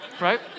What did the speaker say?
right